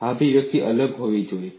આ અભિવ્યક્તિ અલગ હોવી જોઈએ